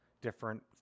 different